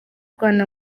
rwanda